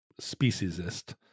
speciesist